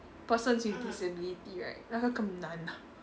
persons with disability right 那个更难